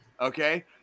Okay